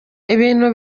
ibintu